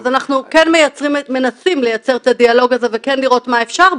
אז אנחנו כן מנסים לייצר את הדיאלוג הזה וכן לראות מה אפשר.